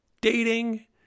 dating